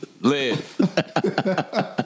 Live